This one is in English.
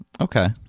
Okay